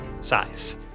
size